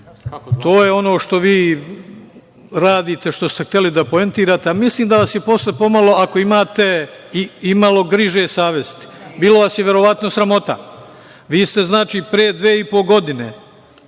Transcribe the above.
To je ono što vi radite, što ste hteli da poentirate, a mislim da vas je posle pomalo, ako imate imalo griže svesti, bilo vas je verovatno sramota. Vi ste znači pre dve i po godine